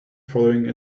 following